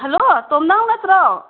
hello ꯇꯣꯝꯅꯥꯎ ꯅꯠꯇ꯭ꯔꯣ